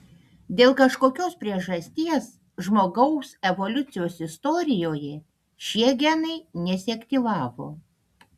dėl kažkokios priežasties žmogaus evoliucijos istorijoje šie genai nesiaktyvavo